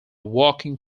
working